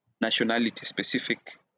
nationality-specific